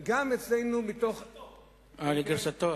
לגרסתו.